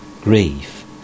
grief